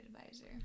advisor